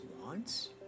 wants